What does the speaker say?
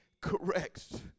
corrects